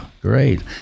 great